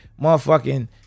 Motherfucking